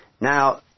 Now